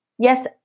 Yes